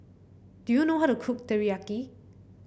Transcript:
do you know how to cook Teriyaki